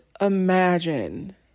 imagine